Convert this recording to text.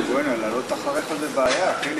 בוא'נה, לעלות אחריך זו בעיה, חיליק.